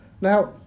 Now